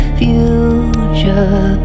future